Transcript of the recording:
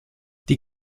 die